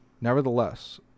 nevertheless